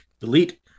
delete